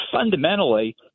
fundamentally